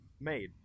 made